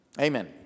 Amen